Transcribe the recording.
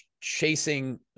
chasing